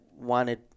wanted